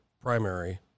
primary